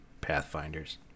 Pathfinders